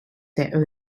their